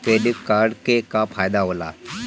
Credit card के का फायदा होला?